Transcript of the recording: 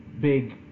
big